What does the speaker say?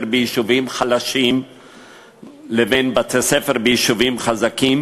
ביישובים חלשים לבין בתי-ספר ביישובים חזקים,